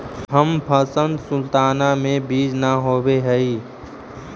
Thompson sultana में बीज न होवऽ हई